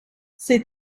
ses